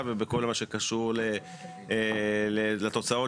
זכויות קיימות.